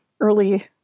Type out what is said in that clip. early